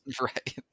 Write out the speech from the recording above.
right